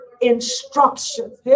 instruction